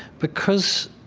because